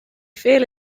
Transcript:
feel